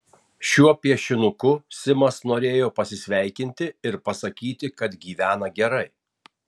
šiuo piešinuku simas norėjo pasisveikinti ir pasakyti kad gyvena gerai